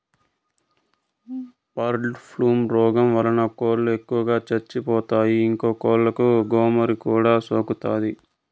bird flu రోగం వలన కోళ్ళు ఎక్కువగా చచ్చిపోతాయి, ఇంకా కోళ్ళకు గోమారి కూడా సోకుతాది